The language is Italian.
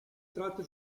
tratte